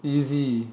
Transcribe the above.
easy